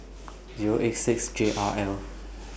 Zero eight six J R L